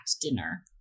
dinner